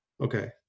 Okay